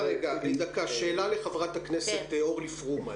שאלה לחברת הכנסת אורלי פרומן.